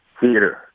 theater